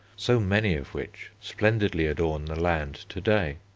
so many of which splendidly adorn the land to-day.